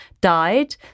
died